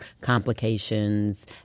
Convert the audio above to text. complications